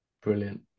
Brilliant